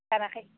खाराखै